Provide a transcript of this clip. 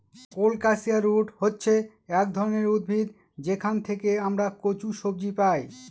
colocasia root হচ্ছে এক ধরনের উদ্ভিদ যেখান থেকে আমরা কচু সবজি পাই